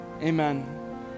Amen